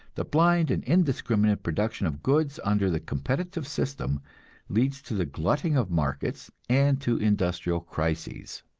the blind and indiscriminate production of goods under the competitive system leads to the glutting of markets and to industrial crises.